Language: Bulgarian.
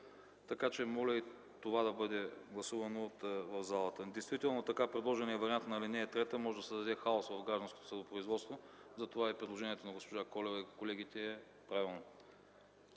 Моля и това да бъде гласувано в залата. Действително така предложеният вариант на ал. 3 може да създаде хаос в гражданското съдопроизводство. Затова и предложението на госпожа Колева и колегите е правилно.